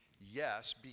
yes